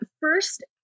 first